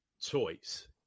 choice